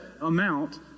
amount